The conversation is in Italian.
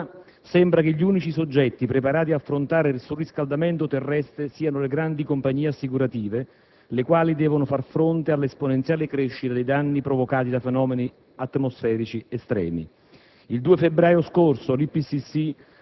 l'uso di combustibili fossili. Finora sembra che gli unici soggetti preparati ad affrontare il surriscaldamento terrestre siano le grandi compagnie assicurative, le quali devono far fronte all'esponenziale crescita dei danni provocati da fenomeni atmosferici estremi.